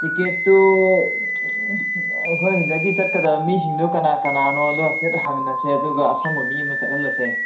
ꯇꯤꯀꯦꯠꯇꯨ ꯑꯩꯈꯣꯏ ꯁꯤꯗꯒꯤ ꯆꯠꯀꯗꯕ ꯃꯤꯁꯤꯡꯗꯨ ꯀꯅꯥ ꯀꯅꯥꯅꯣꯗꯨ ꯍꯥꯏꯐꯦꯠ ꯍꯪꯅꯁꯦ ꯑꯗꯨꯒ ꯑꯁꯪꯕ ꯃꯤ ꯑꯃ ꯆꯠꯍꯜꯂꯁꯦ